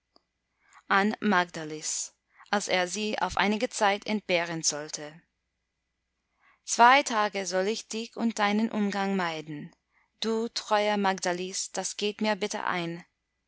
an magdalis als er sie auf einige zeit entbehren sollte zwei tage soll ich dich und deinen umgang meiden du treue magdalis das geht mir bitter ein